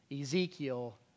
Ezekiel